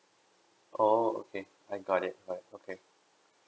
oh okay I got it alright okay